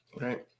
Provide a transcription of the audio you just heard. right